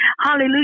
Hallelujah